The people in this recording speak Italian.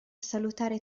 salutare